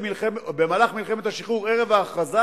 במהלך מלחמת השחרור ערב ההכרזה,